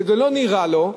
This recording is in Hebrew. שזה לא נראה לו,